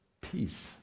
peace